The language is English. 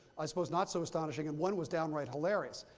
i suppose, not so astonishing, and one was downright hilarious.